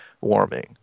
warming